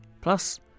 Plus